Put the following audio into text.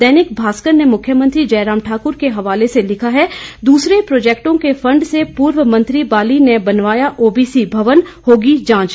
दैनिक भास्कर ने मुख्यमंत्री जयराम ठाकुर के हवाले से लिखा है दूसरे प्रोजेक्ट के फंड से पूर्व मंत्री बाली ने बनवाया ओबीसी भवन होगी जांचं